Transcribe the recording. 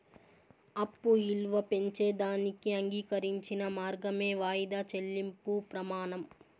అప్పు ఇలువ పెంచేదానికి అంగీకరించిన మార్గమే వాయిదా చెల్లింపు ప్రమానం